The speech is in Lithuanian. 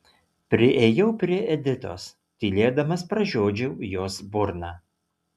priėjau prie editos tylėdamas pražiodžiau jos burną